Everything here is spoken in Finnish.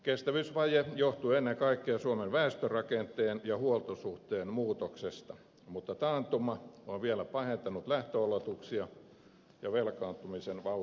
kestävyysvaje johtuu ennen kaikkea suomen väestörakenteen ja huoltosuhteen muutoksesta mutta taantuma on vielä pahentanut lähtöoletuksia ja lisännyt velkaantumisen vauhtia